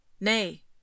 Nay